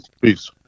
peace